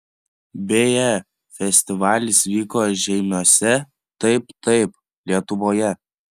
beje festivalis vyko žeimiuose taip taip lietuvoje